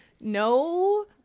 no